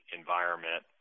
environment